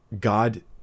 God